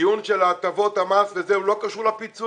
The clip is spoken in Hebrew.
הדיון של הטבות המס לא קשור לפיצויים.